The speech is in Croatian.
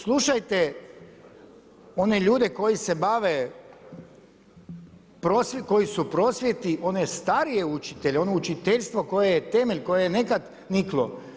Slušajte one ljude koji se bavi, koji su prosvjeti, one starije učitelje, ono učiteljstvo koji je temelj, koji je nekad niklo.